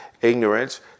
Ignorance